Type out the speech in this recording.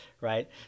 right